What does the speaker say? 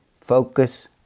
Focus